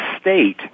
state